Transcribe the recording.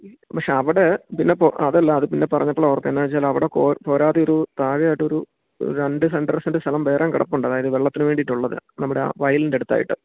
പക്ഷെ അവിടെ അതല്ല അത് പിന്നെ പറഞ്ഞപ്പോഴാണ് ഓർത്തത് എന്താണെന്ന് വച്ചാൽ അവിടെ പോരാതെ ഒരു താഴെയായിട്ട് ഒരു രണ്ട് രണ്ടര സെന്റ് സ്ഥലം വേറെയും കിടപ്പുണ്ട് അതായത് വെള്ളത്തിന് വേണ്ടിയിട്ട് ഉള്ളത് നമ്മുടെ ആ വയലിൻ്റെ അടുത്തായിട്ട്